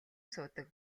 суудаг